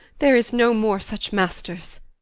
there is no more such masters.